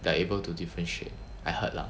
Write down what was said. they are able to differentiate I heard lah